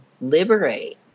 liberate